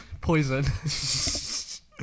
poison